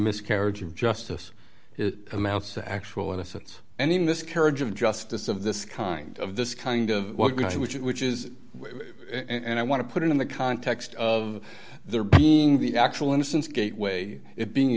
miscarriage of justice it amounts to actual innocence and in this carriage of justice of this kind of this kind of what we do which which is and i want to put it in the context of there being the actual innocence gateway it being